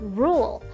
rule